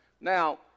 Now